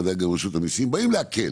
ודאי אנשי רשות המיסים באים להקל.